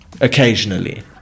occasionally